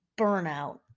burnout